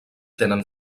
tenen